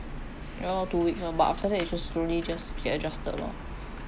ya lah two weeks lah but after that it's just slowly just get adjusted loh